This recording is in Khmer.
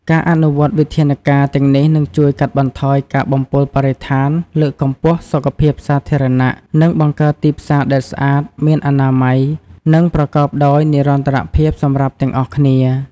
ការអនុវត្តន៍វិធានការទាំងនេះនឹងជួយកាត់បន្ថយការបំពុលបរិស្ថាន លើកកម្ពស់សុខភាពសាធារណៈ និងបង្កើតទីផ្សារដែលស្អាត មានអនាម័យ និងប្រកបដោយនិរន្តរភាពសម្រាប់ទាំងអស់គ្នា។